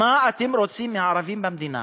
מה אתם רוצים מהערבים במדינה?